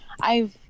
I've-